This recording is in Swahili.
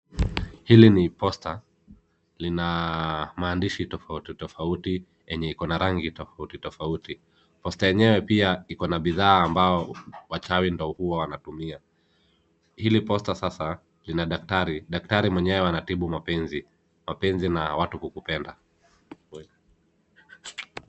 Hili ni posta. Lina maandishi tofauti tofauti yenye iko na rangi tofauti tofauti. Posta yenyewe pia iko na bidhaa ambao wachawi ndio huwa wanatumia. Hili posta sasa, lina daktari, daktari mwenyewe anatibu mapenzi, mapenzi na watu kukupenda.